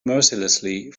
mercilessly